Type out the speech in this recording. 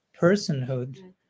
personhood